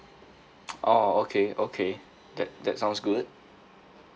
oh okay okay that that sounds good